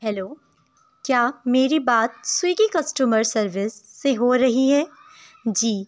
hello کیا میری بات سویگی کسٹمر سروس سے ہو رہی ہے جی